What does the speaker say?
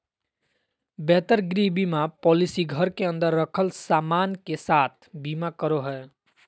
बेहतर गृह बीमा पॉलिसी घर के अंदर रखल सामान के साथ बीमा करो हय